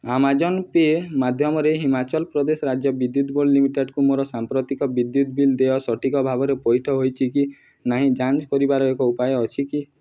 Amazon pay ମାଧ୍ୟମରେ ହିମାଚଳ ପ୍ରଦେଶ ରାଜ୍ୟ ବିଦ୍ୟୁତ ବୋର୍ଡ଼ ଲିମିଟେଡ଼୍କୁ ମୋର ସାମ୍ପ୍ରତିକ ବିଦ୍ୟୁତ ବିଲ୍ ଦେୟ ସଠିକ୍ ଭାବରେ ପଇଠ ହୋଇଛି କି ନାହିଁ ଯାଞ୍ଚ କରିବାର ଏକ ଉପାୟ ଅଛି କି